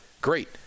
Great